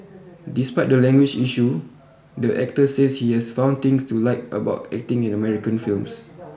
despite the language issue the actor says he has found things to like about acting in American films